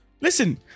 Listen